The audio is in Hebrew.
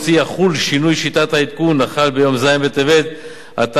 יחול שינוי שיטת העדכון החל ביום ז' בטבת התשע"ב,